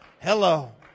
hello